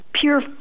Pure